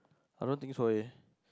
I don't think so leh